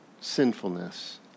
sinfulness